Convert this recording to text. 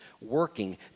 working